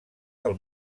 del